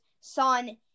son